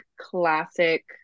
classic